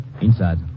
Inside